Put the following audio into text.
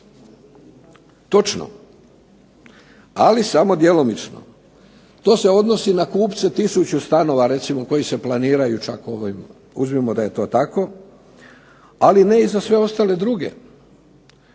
Točno, ali samo djelomično. To se odnosi na kupce tisuću stanova, recimo koji se planiraju čak ovaj, uzmimo da je to tako, ali ne i za sve ostale druge.